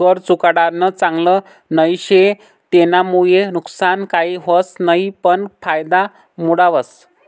कर चुकाडानं चांगल नई शे, तेनामुये नुकसान काही व्हस नयी पन कायदा मोडावस